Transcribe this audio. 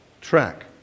track